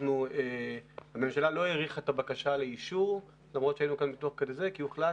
הממשלה לא האריכה את הבקשה לאישור כי הוחלט